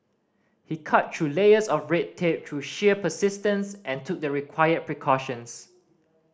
he cut through layers of red tape through sheer persistence and took the required precautions